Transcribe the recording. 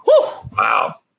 Wow